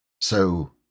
So